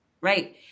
Right